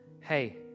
hey